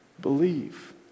Believe